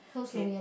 okay